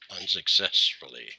unsuccessfully